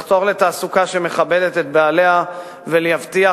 לחתור לתעסוקה שמכבדת את בעליה ולהבטיח